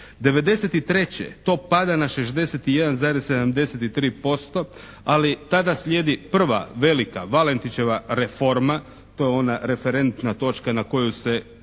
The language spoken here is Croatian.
'93. to pada na 61,73% ali tada slijedi prva velika Valentićeva reforma, to je ona referentna točka na koju se